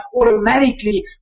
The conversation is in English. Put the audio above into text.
automatically